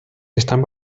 están